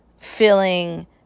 feeling